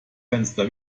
fenster